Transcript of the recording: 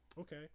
Okay